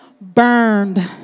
burned